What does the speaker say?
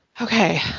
Okay